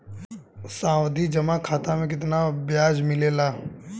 सावधि जमा खाता मे कितना ब्याज मिले ला?